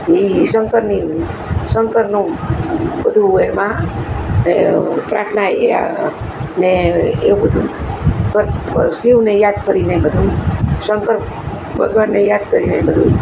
એ શંકરની શંકરનું બધુ એમાં એ પ્રાર્થના એ ને એવું બધું શિવને યાદ કરીને એ બધુ શંકર ભગવાનને યાદ કરીને એ બધુ